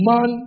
Man